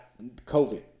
COVID